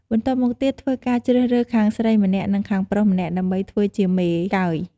បន្ទាប់មកទៀតធ្វើការជ្រើសរើសខាងស្រីម្នាក់និងខាងប្រុសម្នាក់ដើម្បីធ្វើជាមេកើយ។